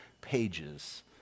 pages